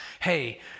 hey